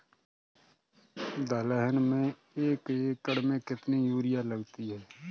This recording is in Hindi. दलहन में एक एकण में कितनी यूरिया लगती है?